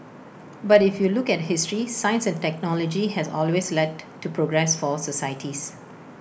but if you look at history science and technology has always led to progress for societies